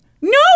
No